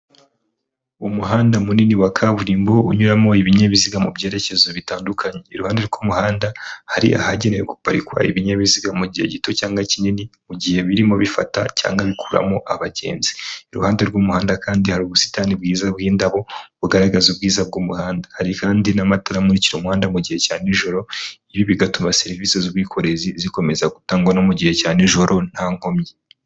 Umuhanda munini wa kaburimbo unyuramo ibinyabiziga mu byerekezo bitandukanye iruhande rw'umuhanda hari ahagenewe guparikwa ibinyabiziga mu gihe gito cyangwa kinini mu gihe birimo bifata cyangwa bikuramo abagenzi iruhande rw'umuhanda kandi hari ubusitani bwiza bw'indabo bugaragaza ubwiza bw'umuhanda hari kandi n'amatara amukira umuhanda mu gihe cya nijoro ibi bigatuma serivisi z'ubwikorezi zikomeza gutangwa no mu gihe cya nijoro nta nkomyi.